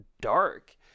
dark